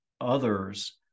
others